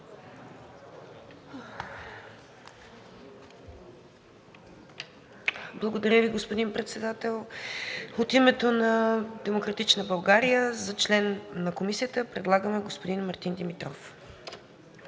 Благодаря Ви, господин Председател. От името на „Демократична България“ за член на Комисията предлагаме господин Мартин Димитров.